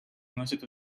носят